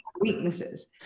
weaknesses